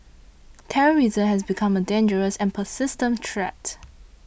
terrorism has become a dangerous and persistent threat